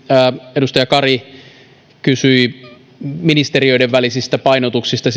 edustaja kari kysyi ministeriöiden sisäministeriön ja puolustusministeriön välisistä painotuksista